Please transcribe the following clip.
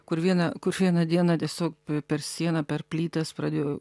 kur vieną kur vieną dieną tiesiog per sieną per plytas pradėjo